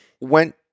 went